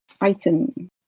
item